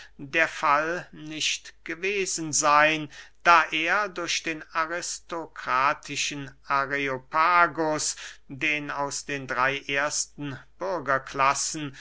der fall nicht geesen seyn da er durch den aristokratischen areopagus den aus den drey ersten